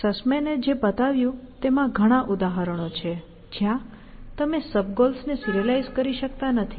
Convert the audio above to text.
Sussman એ જે બતાવ્યું તેમાં ઘણાં ઉદાહરણો છે જ્યાં તમે સબ ગોલ્સને સિરીઅલાઈઝ કરી શકતા નથી